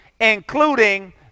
including